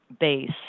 base